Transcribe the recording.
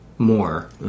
more